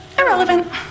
irrelevant